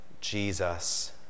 Jesus